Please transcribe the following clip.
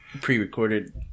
pre-recorded